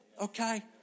okay